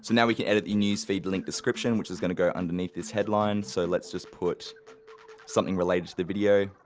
now we can edit the newsfeed link description, which is gonna go underneath this headline. so, let's just put something related to the video.